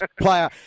player